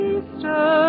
Easter